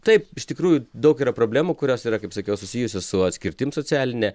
taip iš tikrųjų daug yra problemų kurios yra kaip sakiau susijusios su atskirtim socialine